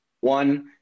one